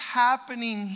happening